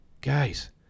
Guys